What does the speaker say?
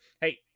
hey